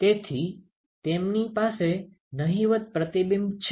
તેથી તેમની પાસે નહીવત પ્રતિબિંબ છે